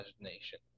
imagination